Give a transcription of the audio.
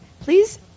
please